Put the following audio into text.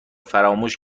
فراموش